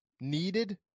needed